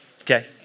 okay